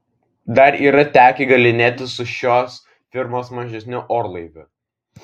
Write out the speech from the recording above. dar yra tekę galynėtis su šios firmos mažesniu orlaiviu